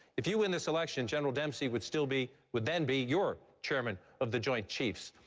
if you win this election, general dempsey would still be would then be your chairman of the joint chiefs.